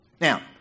Now